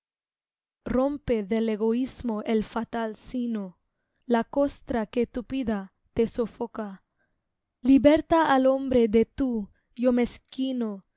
rompe del egoísmo el fatal sino la costra que tupida te sofoca liberta al hombre de tu yo mezquino